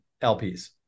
LPs